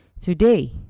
Today